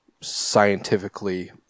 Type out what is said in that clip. scientifically